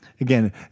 Again